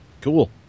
cool